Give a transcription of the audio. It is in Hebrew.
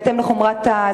בהתאם לחומרה.